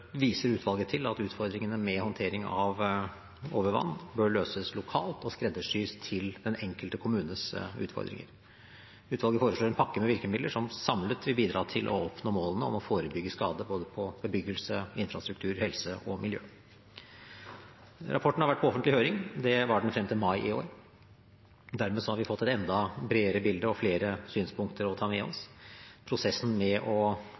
viser utvalget til at utfordringene med håndtering av overvann bør løses lokalt og skreddersys til den enkelte kommunes utfordringer. Utvalget foreslår en pakke med virkemidler som samlet vil bidra til å oppnå målene om å forebygge skade på bebyggelse, infrastruktur, helse og miljø. Rapporten har vært på offentlig høring. Det var den frem til mai i år. Dermed har vi fått et enda bredere bilde og flere synspunkter å ta med oss. Prosessen med å